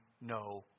no